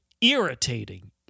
irritating